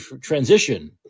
transition